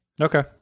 Okay